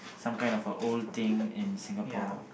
some kind of a old thing in Singapore